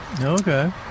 Okay